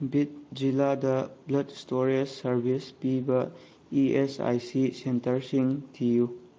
ꯕꯤꯗ ꯖꯤꯜꯂꯥꯗ blood stores service ꯄꯤꯕ ꯏ ꯑꯦꯁ ꯑꯥꯏ ꯁꯤ ꯁꯦꯟꯇꯔꯁꯤꯡ ꯊꯤꯌꯨ